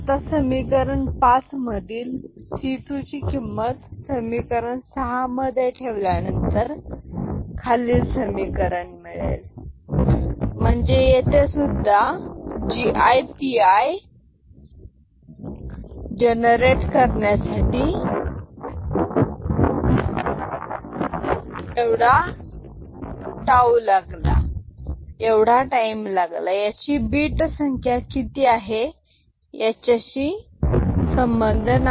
आता समीकरण पाच मधील सी टू ची किंमत समीकरण सहा मध्ये ठेवल्यानंतर खालील समीकरण सात मिळेल C3 G3 P3G2 P3P2G1 P3P2P1G0 P3P2P1P0C 1 म्हणजे येथे सुद्धा G i P i थांब जनरेट करण्यासाठी एवढा टाईम लागला याचा बीट संख्या किती आहे याच्याशी संबंध नाही